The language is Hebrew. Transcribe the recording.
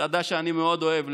מסעדה שאני מאוד אוהב,